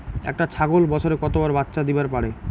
একটা ছাগল বছরে কতবার বাচ্চা দিবার পারে?